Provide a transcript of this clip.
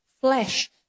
flesh